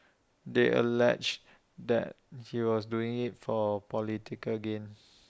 they alleged that he was doing IT for political gain